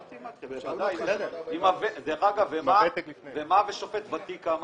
כמה מרוויח שופט ותיק?